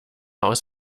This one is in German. aus